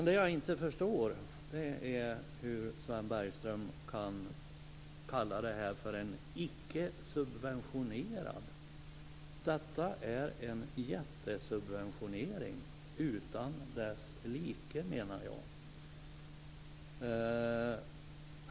Vad jag inte förstår är hur Sven Bergström kan kalla det här för icke subventionerat. Detta är en jättesubventionering utan dess like, menar jag.